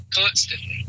constantly